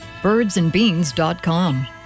birdsandbeans.com